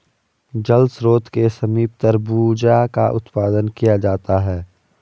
जल स्रोत के समीप तरबूजा का उत्पादन किया जाता है